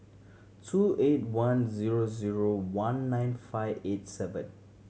two eight one zero zero one nine five eight seven